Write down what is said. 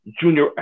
Junior